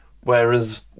Whereas